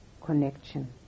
connection